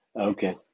Okay